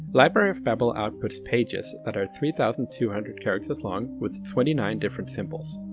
library of babel outputs pages, that are three thousand two hundred characters long with twenty nine different symbols.